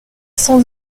sans